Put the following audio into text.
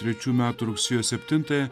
trečių metų rugsėjo septintąją